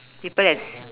people have s~